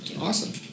awesome